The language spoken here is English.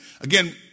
Again